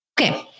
Okay